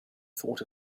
thought